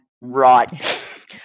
right